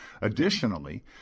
Additionally